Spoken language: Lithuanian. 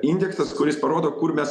indeksas kuris parodo kur mes